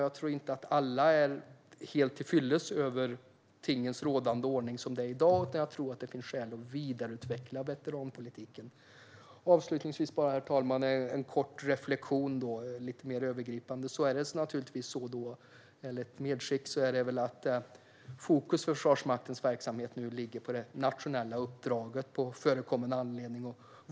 Jag tror inte att alla är helt tillfreds med tingens rådande ordning i dag, utan jag tror att det finns skäl att vidareutveckla veteranpolitiken. Avslutningsvis, herr talman, har jag en kort reflektion, lite mer övergripande, eller ett medskick. I Försvarsmaktens verksamhet ligger fokus nu på det nationella uppdraget, på förekommen anledning.